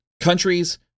countries